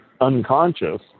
unconscious